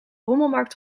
rommelmarkt